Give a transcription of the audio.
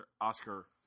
oscar